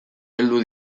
heldu